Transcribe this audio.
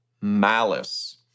malice